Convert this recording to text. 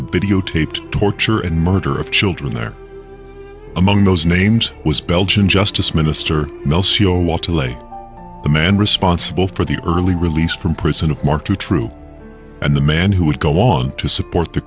oh taped torture and murder of children their among those names was belgian justice minister the man responsible for the early release from prison of mark two true and the man who would go on to support the